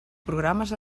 programes